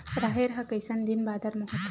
राहेर ह कइसन दिन बादर म होथे?